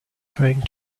trying